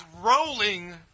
rolling